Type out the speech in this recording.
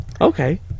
Okay